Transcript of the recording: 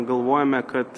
galvojome kad